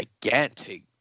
gigantic